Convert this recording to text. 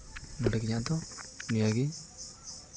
ᱞᱟᱹᱭ ᱛᱮᱱᱟᱜ ᱫᱚ ᱱᱤᱭᱟᱹᱜᱮ